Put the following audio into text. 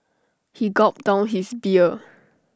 he gulped down his beer